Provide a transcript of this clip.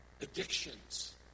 Addictions